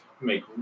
make